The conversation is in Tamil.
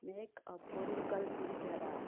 மேக்அப் பொருட்கள் இருக்கிறதா